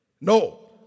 No